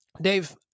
Dave